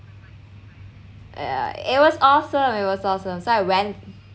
uh it was awesome it was awesome so I went